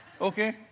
Okay